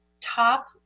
top